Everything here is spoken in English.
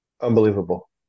unbelievable